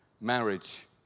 marriage